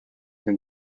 been